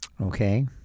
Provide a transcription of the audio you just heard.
Okay